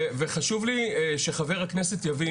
וחשוב לי שחבר הכנסת יבין